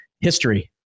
history